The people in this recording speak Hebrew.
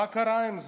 מה קרה עם זה?